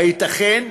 הייתכן?